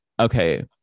Okay